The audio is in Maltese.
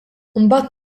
imbagħad